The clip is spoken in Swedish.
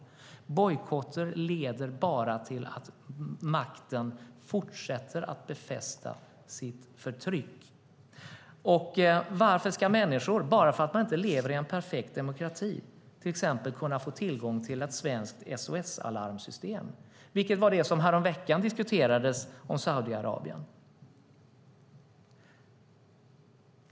Men bojkotter leder bara till att makten fortsätter att befästa sitt förtryck. Och varför ska människor bara för att de inte lever i en perfekt demokrati inte kunna få tillgång till exempelvis ett svenskt SOS Alarm-system? Det var det som diskuterades häromveckan gällande Saudiarabien.